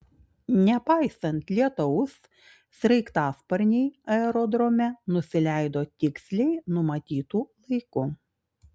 nepaisant lietaus sraigtasparniai aerodrome nusileido tiksliai numatytu laiku